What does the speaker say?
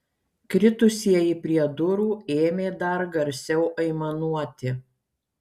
kritusieji prie durų ėmė dar garsiau aimanuoti